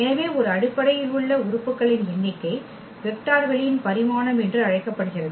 எனவே ஒரு அடிப்படையில் உள்ள உறுப்புகளின் எண்ணிக்கை வெக்டர் வெளியின் பரிமாணம் என்று அழைக்கப்படுகிறது